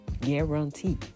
guarantee